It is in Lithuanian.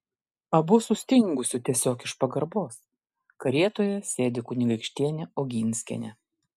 abu sustingusiu tiesiog iš pagarbos karietoje sėdi kunigaikštienė oginskienė